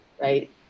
right